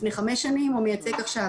לפני חמש שנים או מייצג עכשיו.